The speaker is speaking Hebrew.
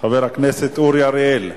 חבר הכנסת אורי אריאל.